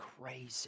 crazy